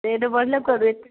ସେଇଟୁ ବଢ଼ିଲା ତ ରେଟ୍